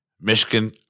Michigan